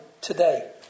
today